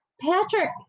Patrick